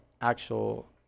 actual